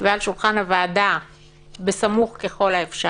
ועל שולחן הוועדה בסמוך ככל האפשר"